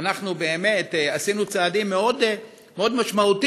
שאנחנו באמת עשינו צעדים מאוד משמעותיים,